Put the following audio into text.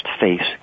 face